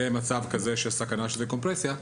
למצב של סכנה של דקומפרסיה.